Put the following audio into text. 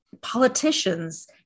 politicians